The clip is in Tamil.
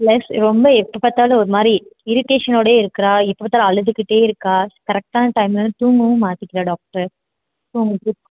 ப்ளஸ் ரொம்ப எப்போ பார்த்தாலும் ஒரு மாதிரி இரிட்டேஷன்னோடயே இருக்கிறா எப்போ பார்த்தாலும் அழுதுகிட்டே இருக்காள் கரெக்டான டைம்லயும் தூங்கவும் மாட்டிங்கிறா டாக்டர்